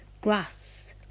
Grass